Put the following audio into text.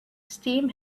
steam